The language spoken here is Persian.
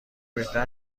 بهتر